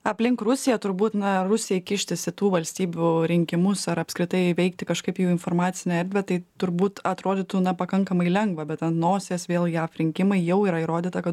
aplink rusiją turbūt na rusijai kištis į tų valstybių rinkimus ar apskritai veikti kažkaip jų informacinę erdvę tai turbūt atrodytų na pakankamai lengva bet an nosies vėl jav rinkimai jau yra įrodyta kad